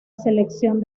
selección